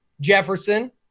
Jefferson